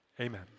Amen